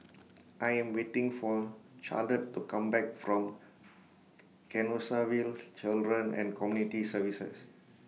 I Am waiting For Charolette to Come Back from Canossaville Children and Community Services